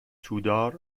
تودار